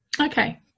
Okay